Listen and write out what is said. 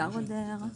בבקשה.